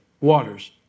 Waters